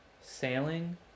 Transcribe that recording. sailing